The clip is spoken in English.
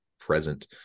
present